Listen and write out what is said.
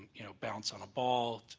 you know bounce on a ball,